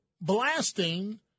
blasting